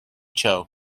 cho